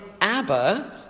Abba